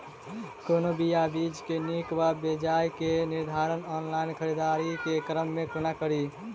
कोनों बीया वा बीज केँ नीक वा बेजाय केँ निर्धारण ऑनलाइन खरीददारी केँ क्रम मे कोना कड़ी?